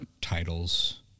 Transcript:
titles